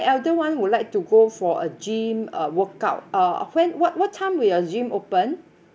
elder [one] would like to go for a gym uh workout uh when what what time will the gym open